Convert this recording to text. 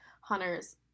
Hunter's